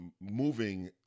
moving